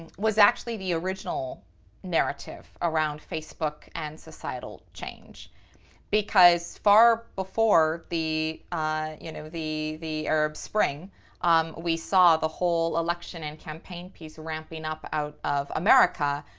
was actually the original narrative around facebook and societal change because far before the ah you know the arab spring um we saw the whole election and campaign piece ramping up out of america,